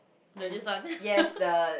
the this one